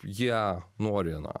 jie nori na